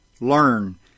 learn